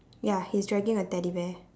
ya he's dragging a teddy bear